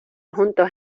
juntos